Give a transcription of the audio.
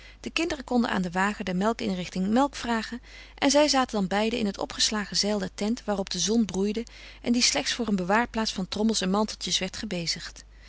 de kinderen konden aan den wagen der melkinrichting melk drinken en zij zaten dan beiden in het opgeslagen zeil der tent waarop de zon broeide en die slechts voor een bewaarplaats van trommels en manteltjes werd gebezigd